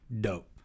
dope